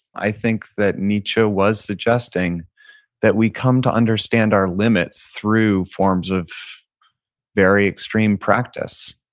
i think that nietzsche was suggesting that we come to understand our limits through forms of very extreme practice.